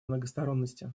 многосторонности